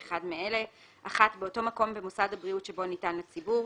באחד מאלה: באותו מקום במוסד הבריאות שבו ניתן לציבור,